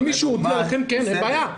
אם מישהו הודיע כך, אכן אין בעיה.